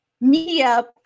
media